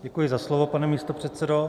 Děkuji za slovo, pane místopředsedo.